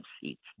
seats